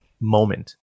moment